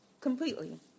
completely